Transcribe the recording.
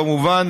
כמובן,